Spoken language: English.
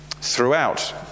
Throughout